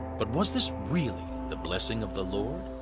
but was this really the blessing of the lord,